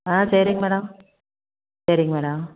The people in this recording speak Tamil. ஆ சரிங்க மேடம் சரிங்க மேடம்